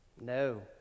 No